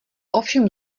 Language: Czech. ovšem